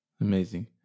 Amazing